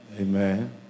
Amen